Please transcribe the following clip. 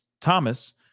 Thomas